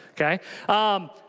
okay